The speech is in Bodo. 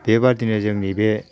बेबादिनो जोंनि बे